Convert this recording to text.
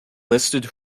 listed